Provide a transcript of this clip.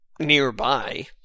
nearby